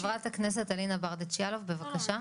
חברת הכנסת אלינה ברדץ' יאלוב, בבקשה.